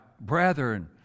Brethren